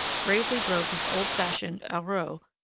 gravely drove his old-fashioned areau,